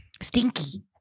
Stinky